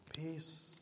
Peace